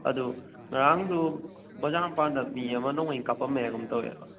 ꯑꯗꯣ ꯉꯔꯥꯡꯗꯨ ꯕꯥꯖꯥꯔ ꯃꯄꯥꯟꯗ ꯃꯤ ꯑꯃ ꯅꯣꯡꯃꯩꯅ ꯀꯥꯄꯝꯃꯦ ꯍꯥꯏꯒꯨꯝ ꯇꯧꯋꯦꯕ